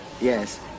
Yes